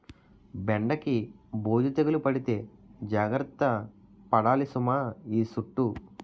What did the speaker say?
బెండకి బూజు తెగులు పడితే జాగర్త పడాలి సుమా ఈ సుట్టూ